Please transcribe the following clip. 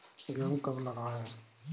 गेहूँ कब लगाएँ?